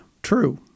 true